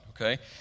Okay